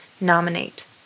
Nominate